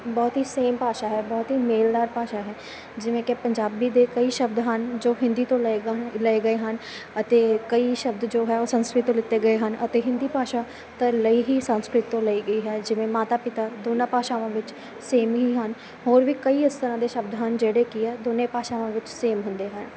ਬਹੁਤ ਹੀ ਸੇਮ ਭਾਸ਼ਾ ਹੈ ਬਹੁਤ ਹੀ ਮੇਲਦਾਰ ਭਾਸ਼ਾ ਹੈ ਜਿਵੇਂ ਕਿ ਪੰਜਾਬੀ ਦੇ ਕਈ ਸ਼ਬਦ ਹਨ ਜੋ ਹਿੰਦੀ ਤੋਂ ਲਏਗਾ ਲਏ ਗਏ ਹਨ ਅਤੇ ਕਈ ਸ਼ਬਦ ਜੋ ਹੈ ਉਹ ਸੰਸਕ੍ਰਿਤ ਤੋਂ ਲਿੱਤੇ ਗਏ ਹਨ ਅਤੇ ਹਿੰਦੀ ਭਾਸ਼ਾ ਤਾਂ ਲਈ ਹੀ ਸੰਸਕ੍ਰਿਤ ਤੋਂ ਲਈ ਗਈ ਹੈ ਜਿਵੇਂ ਮਾਤਾ ਪਿਤਾ ਦੋਨਾਂ ਭਾਸ਼ਾਵਾਂ ਵਿੱਚ ਸੇਮ ਹੀ ਹਨ ਹੋਰ ਵੀ ਕਈ ਇਸ ਤਰ੍ਹਾਂ ਦੇ ਸ਼ਬਦ ਹਨ ਜਿਹੜੇ ਕਿ ਇਹ ਦੋਨੇ ਭਾਸ਼ਾਵਾਂ ਵਿੱਚ ਸੇਮ ਹੁੰਦੇ ਹਨ